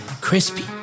Crispy